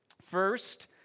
First